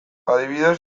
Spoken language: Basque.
adibidez